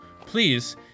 please